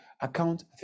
account